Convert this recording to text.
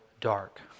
dark